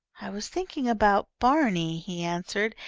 i was thinking about barney, he answered,